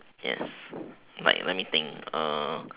yes like let me think err